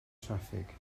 traffig